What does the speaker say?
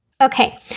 Okay